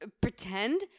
pretend